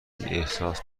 احساس